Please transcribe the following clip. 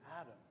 Adam